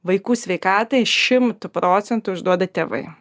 vaikų sveikatai šimtu procentų užduoda tėvai